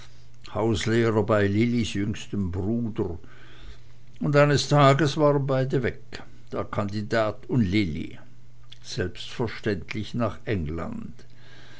hauslehrer bei lillis jüngstem bruder und eines tages waren beide weg der kandidat und lilli selbstverständlich nach england